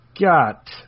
got